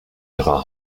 ihrer